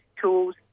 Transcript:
tools